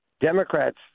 Democrats